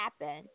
happen